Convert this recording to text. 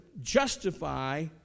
justify